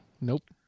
Nope